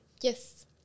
Yes